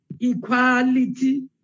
equality